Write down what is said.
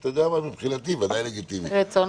עדיין ועדת הכנסת אמורה לדון בחסינות גם של שר?